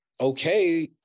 okay